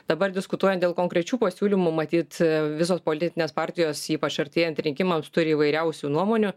dabar diskutuojant dėl konkrečių pasiūlymų matyt visos politinės partijos ypač artėjant rinkimams turi įvairiausių nuomonių